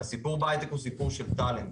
הסיפור בהייטק הוא סיפור של טאלנט,